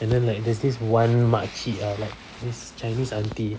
and then like there's this one makcik ah like this chinese auntie